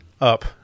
up